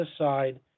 aside